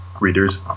Readers